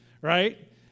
right